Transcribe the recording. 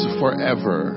forever